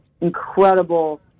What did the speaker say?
incredible